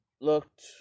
looked